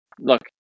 Look